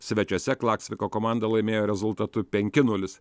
svečiuose klaksviko komanda laimėjo rezultatu penki nulis